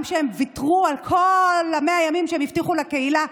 גם כשהם ויתרו על כל 100 הימים שהם הבטיחו לקהילה,